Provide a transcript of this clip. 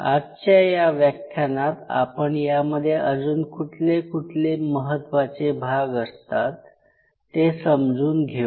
आजच्या या व्याख्यानात आपण यामध्ये अजून कुठले कुठले महत्वाचे भाग असतात ते समजून घेऊ